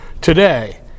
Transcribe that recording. today